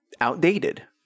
outdated